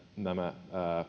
nämä